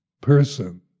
person